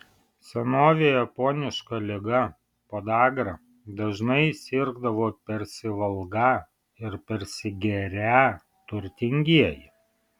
senovėje poniška liga podagra dažnai sirgdavo persivalgą ir persigerią turtingieji